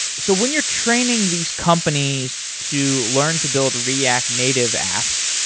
so when you're training these companies to learn to build react native apps,